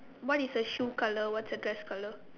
what is her shoe colour what's her dress colour